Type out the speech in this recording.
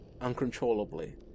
uncontrollably